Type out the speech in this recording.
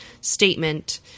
statement